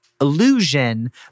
illusion